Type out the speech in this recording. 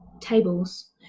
tables